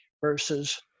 versus